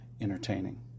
entertaining